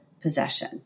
possession